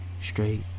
straight